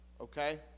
okay